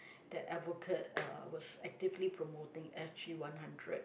that advocate uh was actively promoting s_g one hundred